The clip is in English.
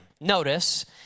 Notice